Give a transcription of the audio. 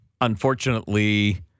unfortunately